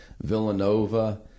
Villanova